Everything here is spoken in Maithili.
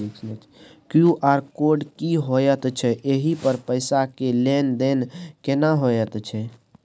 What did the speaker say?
क्यू.आर कोड की होयत छै एहि पर पैसा के लेन देन केना होयत छै?